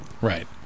right